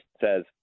says